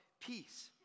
peace